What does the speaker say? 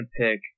pick